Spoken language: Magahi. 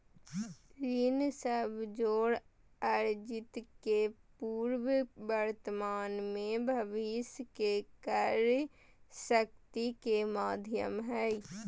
ऋण सब जोड़ अर्जित के पूर्व वर्तमान में भविष्य के क्रय शक्ति के माध्यम हइ